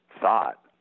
thought